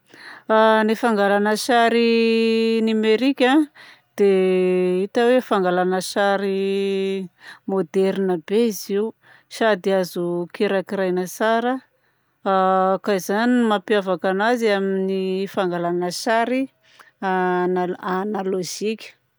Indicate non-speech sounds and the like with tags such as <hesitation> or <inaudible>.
A <hesitation> ny fangalana sary <hesitation> nomerika dia hita hoe fangalana sary <hesitation> maoderina be izy io sady azo kirakiraina tsara a. <hesitation> Ka izany no mampiavaka anazy amin'ny fangalana sary ana- <hesitation> analozika.